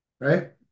right